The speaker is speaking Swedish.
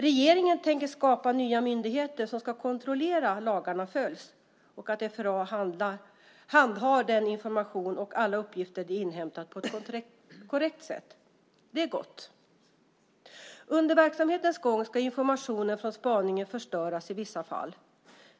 Regeringen tänker skapa nya myndigheter som ska kontrollera att lagarna följs och att FRA handhar all information och att alla uppgifter inhämtats på ett korrekt sätt. Det är gott. Under verksamhetens gång ska information från spaningen förstöras i vissa fall.